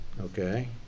Okay